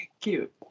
cute